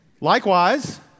Likewise